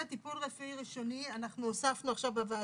טיפול רפואי ראשוני אנחנו הוספנו עכשיו בוועדה,